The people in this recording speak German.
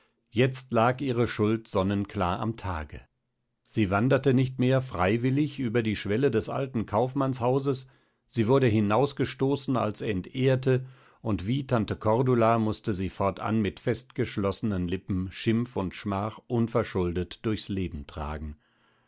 jetzt lag ihre schuld sonnenklar am tage sie wanderte nicht mehr freiwillig über die schwelle des alten kaufmannshauses sie wurde hinausgestoßen als entehrte und wie tante cordula mußte sie fortan mit festgeschlossenen lippen schimpf und schmach unverschuldet durchs leben tragen